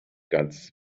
ganzes